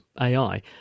AI